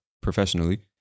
professionally